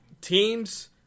teams